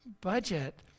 budget